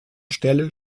stelle